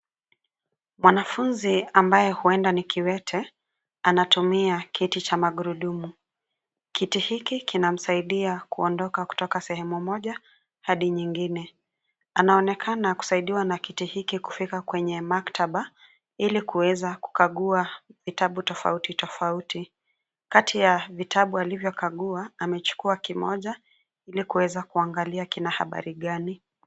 Mwanafunzi ambaye huenda ni kiwete, anatumia kiti cha magurudumu. kiti hiki kinamsaidia kuondoka kutoka sehemu moja hadi nyingine. Anaonekana kusaidiwa na kiti hiki kufika kwenye maktaba ili kuweza kukagua kitabu tofauti tofauti. Kati ya vitabu alivyokagua, amechukua kimoja ni kuweza kuangalia kina habari gani.